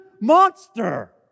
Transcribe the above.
monster